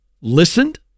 listened